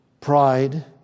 Pride